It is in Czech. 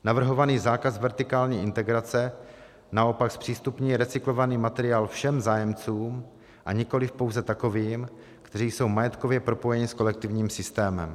Navrhovaný zákaz vertikální integrace naopak zpřístupní recyklovaný materiál všem zájemcům, a nikoliv pouze takovým, kteří jsou majetkově propojeni s kolektivním systémem.